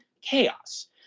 chaos